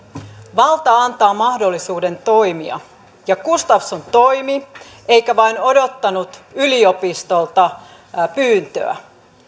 valta antaa mahdollisuuden toimia ja gustafsson toimi eikä vain odottanut yliopistolta pyyntöä